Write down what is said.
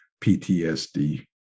PTSD